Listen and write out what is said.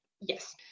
yes